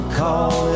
call